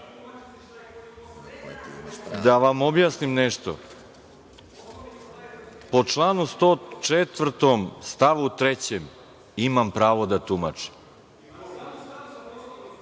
vam objasnim nešto. Po članu 104. stavu 3. imam pravo da tumačim.(Srđan